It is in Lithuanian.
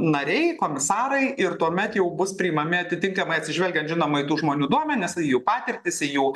nariai komisarai ir tuomet jau bus priimami atitinkamai atsižvelgiant žinoma į tų žmonių duomenis į jų patirtis į jų